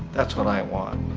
that's what i want.